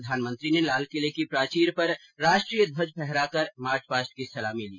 प्रधानमंत्री ने लालकिले की प्राचीर पर राष्ट्रीय ध्वज फहराकर मार्च पास्ट की सलामी ली